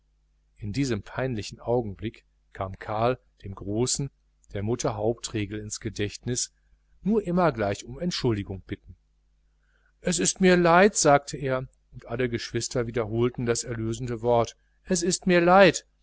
in diesem kritischen moment kam karl dem großen der mutter hauptregel ins gedächtnis nur immer gleich um entschuldigung bitten es ist mir leid sagte er und alle geschwister wiederholten das erlösende wort es ist mir leid